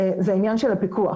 זה עניין של הפיקוח.